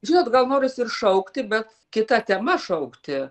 žinot gal norisi ir šaukti bet kita tema šaukti